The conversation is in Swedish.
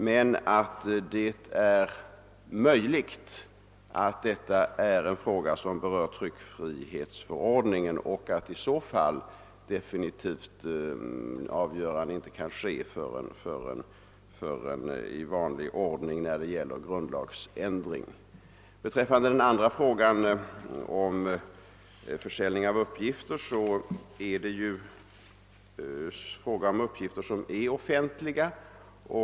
Det är dock möjligt att detta är en fråga som berör tryckfrihetsförordningen, och i så fall kan definitivt avgörande inte ske annat än i vanlig ordning när det gäller grundlagsändring. Beträffande den andra frågan om försäljning av uppgifter vill jag framhålla, att det ju rör sig om uppgifter som är offentliga.